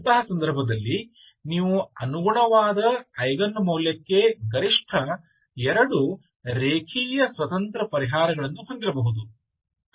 ಅಂತಹ ಸಂದರ್ಭದಲ್ಲಿ ನೀವು ಅನುಗುಣವಾದ ಐಗನ್ ಮೌಲ್ಯಕ್ಕೆ ಗರಿಷ್ಠ ಎರಡು ರೇಖೀಯ ಸ್ವತಂತ್ರ ಪರಿಹಾರಗಳನ್ನು ಹೊಂದಿರಬಹುದು